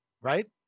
Right